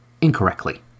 incorrectly